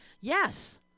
yes